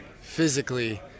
physically